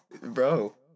Bro